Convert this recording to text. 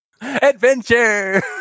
adventure